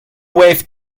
waved